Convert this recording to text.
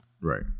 Right